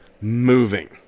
moving